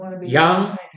Young